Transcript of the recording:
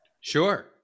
Sure